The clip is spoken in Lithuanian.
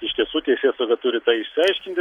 iš tiesų teisėsauga turi tą išsiaiškinti